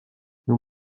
nous